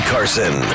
Carson